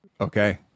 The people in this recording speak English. Okay